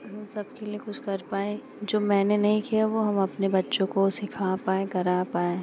उन सब के लिए कुछ कर पाएं जो मैंने नहीं किया वह हम अपने बच्चों को सिखा पाएं करा पाएं